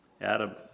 Adam